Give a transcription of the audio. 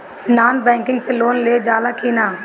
Non banking से loan लेल जा ले कि ना?